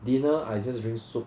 dinner I just drink soup